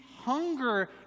hunger